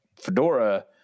Fedora